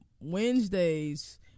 Wednesdays